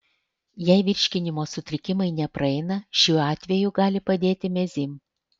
jei virškinimo sutrikimai nepraeina šiuo atveju gali padėti mezym